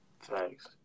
Thanks